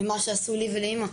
ממה שעשו לי ולאימא,